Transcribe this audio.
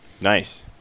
Nice